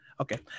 okay